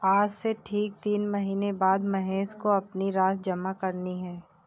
आज से ठीक तीन महीने बाद महेश को अपनी राशि जमा करनी है